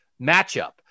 matchup